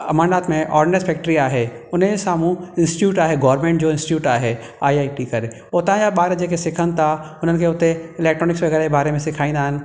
अमरनाथ में ordnance factory आहे हुन जे सामू इंस्टिट्यूट आहे गॉर्मेंट जो इंस्टिट्यूट आहे आईआईटी करे हुतां जा ॿार जेके सिखन ता हुननि खे हुते इलेक्ट्रॉनिक्स वग़ैरह जे ॿारे में सिखाईंदा आहिनि